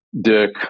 Dick